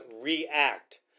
react